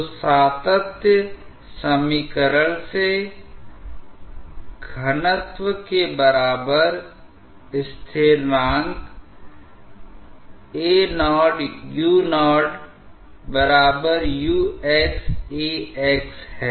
तो सातत्य समीकरण से घनत्व के बराबर स्थिरांकAo uou A है